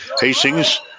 Hastings